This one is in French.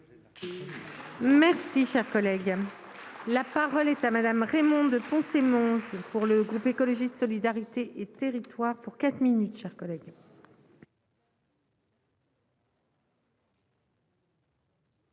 Merci, cher collègue, la parole est à Madame Raymonde Poncet Mons. Pour le groupe écologiste solidarité et territoires pour 4 minutes